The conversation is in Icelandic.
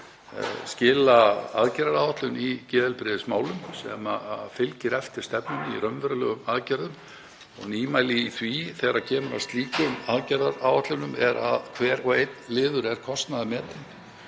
skila aðgerðaáætlun í geðheilbrigðismálum sem fylgir eftir stefnu með raunverulegum aðgerðum. Nýmæli í því þegar kemur að slíkum aðgerðaáætlunum er að hver og einn liður er kostnaðarmetinn.